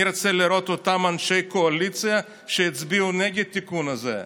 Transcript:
אני רוצה לראות את אותם אנשי קואליציה שיצביעו נגד התיקון הזה,